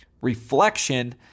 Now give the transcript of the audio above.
Reflection